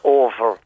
over